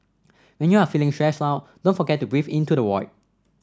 when you are feeling stressed out don't forget to breathe into the void